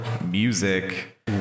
music